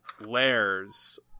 layers